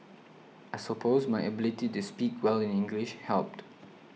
I suppose my ability to speak well in English helped